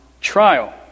trial